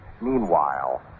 Meanwhile